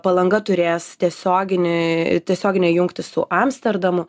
palanga turės tiesioginiui tiesioginę jungtį su amsterdamu